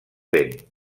vent